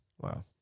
Wow